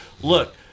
look